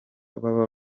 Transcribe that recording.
baba